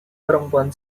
perempuan